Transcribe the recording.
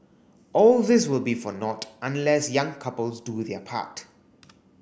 all this will be for naught unless young couples do their part